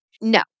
No